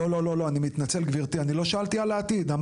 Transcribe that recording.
לא, לא, אני מתנצל גברתי.